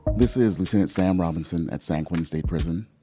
this is lieutenant sam robinson at san quentin state prison,